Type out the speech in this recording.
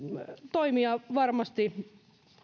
toimia varmasti